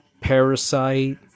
parasite